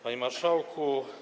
Panie Marszałku!